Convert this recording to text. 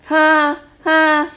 !huh! !huh!